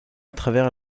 travers